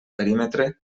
perímetre